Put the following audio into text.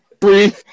three